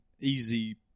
easy